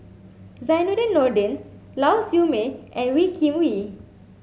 Zainudin Nordin Lau Siew Mei and Wee Kim Wee